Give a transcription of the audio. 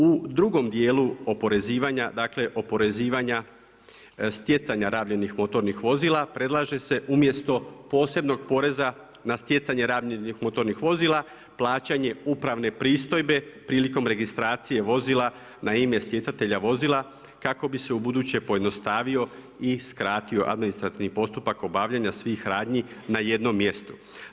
U drugom dijelu oporezivanja, dakle oporezivanja stjecanja rabljenih motornih vozila predlaže se umjesto posebnog poreza na stjecanje rabljenih motornih vozila plaćanje uprave pristojbe prilikom registracije vozila na ime stjecatelja vozila kako bi se ubuduće pojednostavio i skratio administrativni postupak obavljanja svih radnji na jednom mjestu.